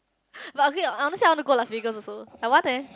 but okay honestly I wanna go Las Vegas also I want eh